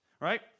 Right